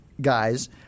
guys